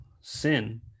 sin